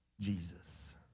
Jesus